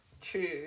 true